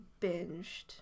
binged